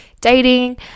dating